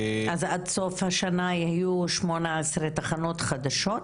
אז עד סוף השנה יהיו שמונה עשרה תחנות חדשות?